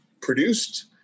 produced